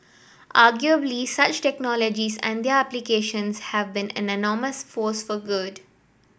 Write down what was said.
arguably such technologies and their applications have been an enormous force for good